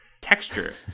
texture